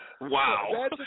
Wow